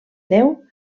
déu